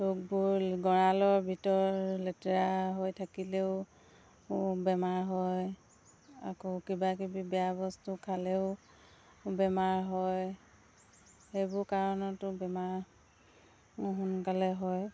ৰোগবোৰ গঁৰালৰ ভিতৰ লেতেৰা হৈ থাকিলেও বেমাৰ হয় আকৌ কিবাকিবি বেয়া বস্তু খালেও বেমাৰ হয় সেইবোৰ কাৰণতো বেমাৰ সোনকালে হয়